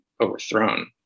overthrown